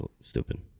stupid